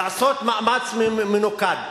לעשות מאמץ ממוקד.